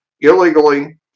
illegally